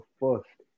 first